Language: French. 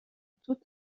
toute